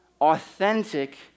authentic